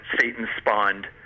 Satan-spawned